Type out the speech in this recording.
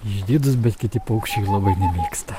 išdidūs bet kiti paukščiai labai nemėgsta